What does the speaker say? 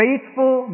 Faithful